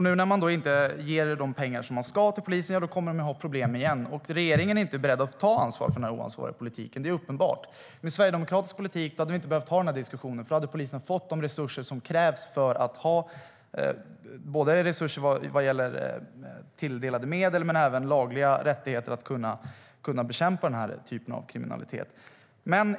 Nu när ni inte ger de pengar till polisen som de behöver kommer det att bli problem igen, och regeringen är inte beredd att ta ansvar för den här oansvariga politiken. Det är uppenbart. Med en sverigedemokratisk politik hade vi inte behövt ha den här diskussionen, för då hade polisen fått de resurser som behövs vad gäller både tilldelade medel och lagliga rättigheter att kunna bekämpa den här typen av kriminalitet.